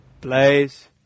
Blaze